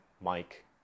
Mike